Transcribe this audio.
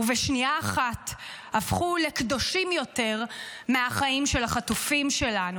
ובשנייה אחת הפכו לקדושים יותר מהחיים של החטופים שלנו,